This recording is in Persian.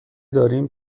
داریم